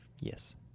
Yes